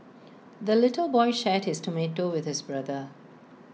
the little boy shared his tomato with his brother